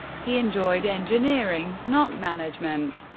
he enjoyed engineering, not management,